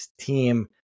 team